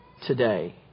today